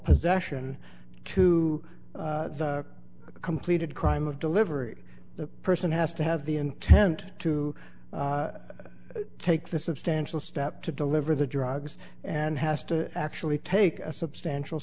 possession to a completed crime of delivery the person has to have the intent to take the substantial step to deliver the drugs and has to actually take a substantial